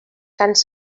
cants